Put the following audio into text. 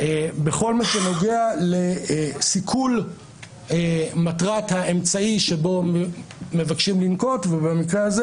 בכל מה שנגוע לסיכול מטרת האמצעי שבו מבקשים לנקוט ובמקרה הזה